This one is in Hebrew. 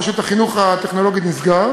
פשוט החינוך הטכנולוגי נסגר